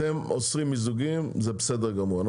אתם אוסרים מיזוגים זה בסדר גמור,